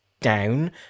down